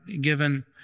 given